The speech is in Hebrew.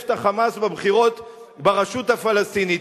את ה"חמאס" בבחירות ברשות הפלסטינית.